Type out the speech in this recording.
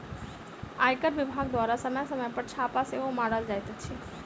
आयकर विभाग द्वारा समय समय पर छापा सेहो मारल जाइत अछि